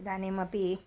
इदानीमपि